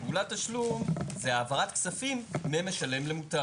פעולת תשלום זה העברת כספים ממשלם למוטב.